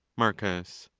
marcus.